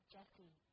Jesse